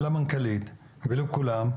למנכ"לית ולכולם.